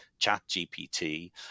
ChatGPT